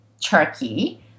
Turkey